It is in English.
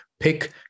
Pick